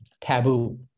taboo